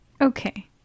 Okay